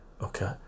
okay